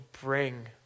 bring